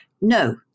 No